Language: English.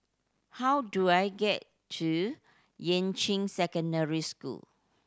how do I get to Yuan Ching Secondary School